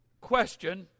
question